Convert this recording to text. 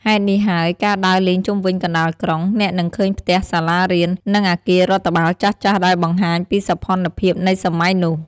ហេតុនេះហើយ ការដើរលេងជុំវិញកណ្តាលក្រុង អ្នកនឹងឃើញផ្ទះ សាលារៀន និងអាគាររដ្ឋបាលចាស់ៗដែលបង្ហាញពីសោភ័ណភាពនៃសម័យនោះ។